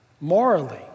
morally